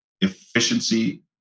efficiency